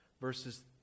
verses